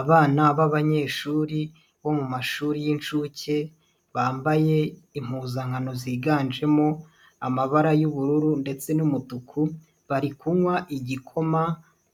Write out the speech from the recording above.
Abana b'abanyeshuri bo mu mashuri y'incuke bambaye impuzankano ziganjemo amabara y'ubururu ndetse n'umutuku, bari kunywa igikoma,